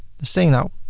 the same now.